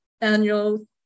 annual